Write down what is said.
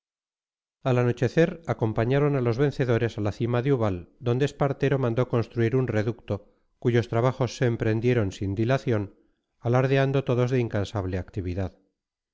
al anochecer acompañaron a los vencedores a la cima de ubal donde espartero mandó construir un reducto cuyos trabajos se emprendieron sin dilación alardeando todos de incansable actividad